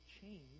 change